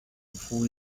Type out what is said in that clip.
who